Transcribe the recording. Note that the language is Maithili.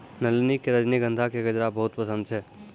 नलिनी कॅ रजनीगंधा के गजरा बहुत पसंद छै